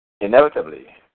Inevitably